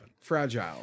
Fragile